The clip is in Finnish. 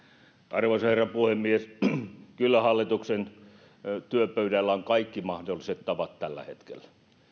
arvoisa herra puhemies kyllä hallituksen työpöydällä on kaikki mahdolliset tavat tällä hetkellä